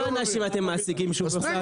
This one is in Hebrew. כמה אנשים אתם מעסיקים בשופרסל?